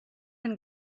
and